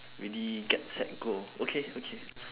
ready get set go okay okay